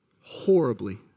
Horribly